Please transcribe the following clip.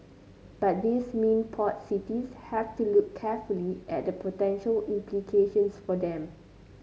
but these mean port cities have to look carefully at the potential implications for them